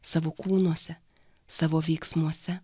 savo kūnuose savo veiksmuose